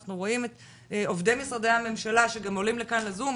אנחנו רואים את עובדי משרדי הממשלה שגם עולים לכאן לזום,